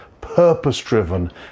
purpose-driven